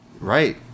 Right